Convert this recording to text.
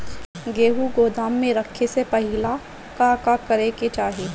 गेहु गोदाम मे रखे से पहिले का का करे के चाही?